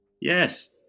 Yes